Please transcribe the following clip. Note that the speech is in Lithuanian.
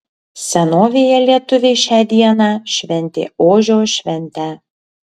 senovėje lietuviai šią dieną šventė ožio šventę